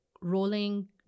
rolling